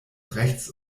rechts